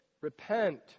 Repent